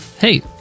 Hey